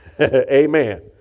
Amen